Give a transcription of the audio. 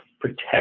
protect